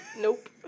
Nope